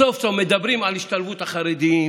סוף-סוף מדברים על השתלבות החרדים,